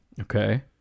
Okay